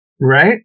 Right